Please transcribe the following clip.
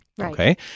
Okay